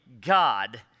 God